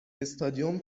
استادیوم